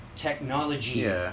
Technology